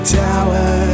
tower